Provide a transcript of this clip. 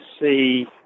see